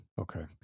Okay